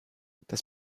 das